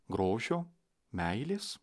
grožio meilės